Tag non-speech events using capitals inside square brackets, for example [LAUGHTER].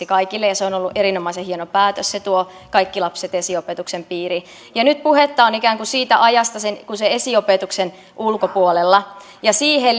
[UNINTELLIGIBLE] kaikille ja se on ollut erinomaisen hieno päätös se tuo kaikki lapset esiopetuksen piiriin nyt puhetta on ikään kuin siitä ajasta mikä on esiopetuksen ulkopuolella ja siihen [UNINTELLIGIBLE]